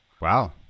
Wow